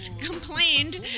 complained